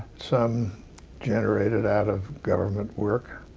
some generated out of government work,